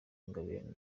ingabire